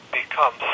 become